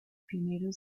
pioneros